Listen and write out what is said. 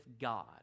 God